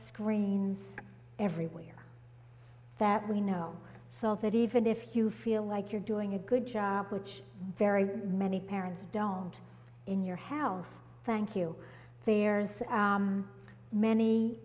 screens everywhere that we know so that even if you feel like you're doing a good job which very many parents don't in your house thank you